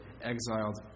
exiled